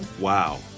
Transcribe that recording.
Wow